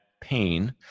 pain